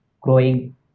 growing